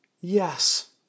yes